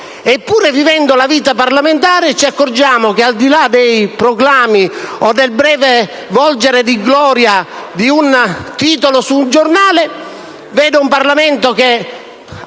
Eppure, vivendo la vita parlamentare, ci accorgiamo che, al di là dei proclami o del breve volgere di gloria di un titolo su un giornale, il Parlamento ha